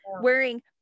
wearing